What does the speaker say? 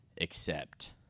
accept